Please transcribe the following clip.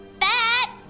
fat